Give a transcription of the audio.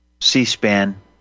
C-SPAN